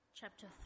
chapter